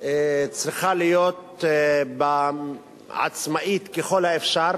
צריכה להיות עצמאית ככל האפשר,